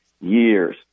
years